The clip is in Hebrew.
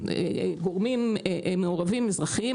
גורמים מעורבים אזרחיים,